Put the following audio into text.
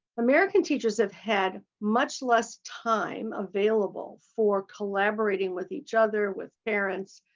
american teachers have had much less time available for collaborating with each other, with parents,